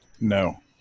No